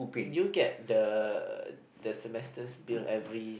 you get the the semesters bill every